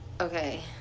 Okay